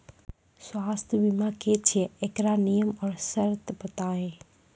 स्वास्थ्य बीमा की छियै? एकरऽ नियम आर सर्त बताऊ?